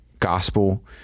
gospel